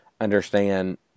understand